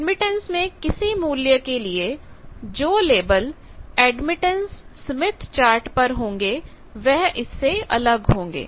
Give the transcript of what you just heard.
admittance के किसी मूल्य के लिए जो लेबल एडमिटेंस स्मिथ चार्ट पर होंगे वह इससे अलग होंगे